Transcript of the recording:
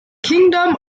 kingdom